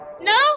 No